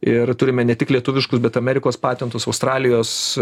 ir turime ne tik lietuviškus bet amerikos patentus australijos